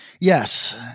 Yes